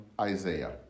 Isaiah